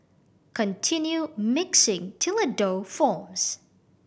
continue mixing till a dough forms